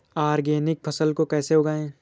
Organic फसल को कैसे उगाएँ?